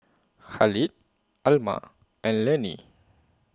Khalid Alma and Lanny